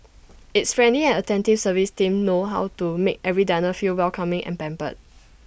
its friendly and attentive service team know how to make every diner feel welcoming and pampered